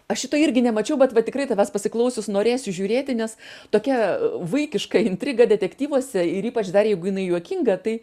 aš šito irgi nemačiau bet va tikrai tavęs pasiklausius norėsiu žiūrėti nes tokia vaikiška intriga detektyvuose ir ypač dar jeigu jinai juokinga tai